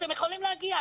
אתם יכולים להגיע,